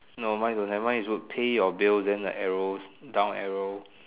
no mine don't have mine is pay your bills then the arrow down arrow